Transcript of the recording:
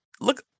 look